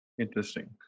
Interesting